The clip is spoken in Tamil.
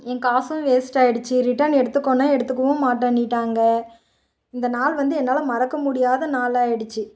என் காசும் வேஸ்ட்டாகிடுச்சி ரிட்டன் எடுத்துகோனால் எடுத்துக்கவும் மாட்டேனுட்டாங்க இந்த நாள் வந்து என்னால் மறக்க முடியாத நாளாகிடுச்சி